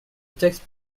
texte